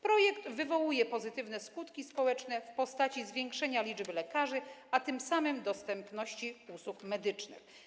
Projekt wywołuje pozytywne skutki społeczne w postaci zwiększenia liczby lekarzy, a tym samym dostępności usług medycznych.